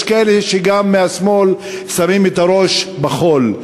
יש כאלה, גם מהשמאל, ששמים את הראש בחול.